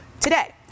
today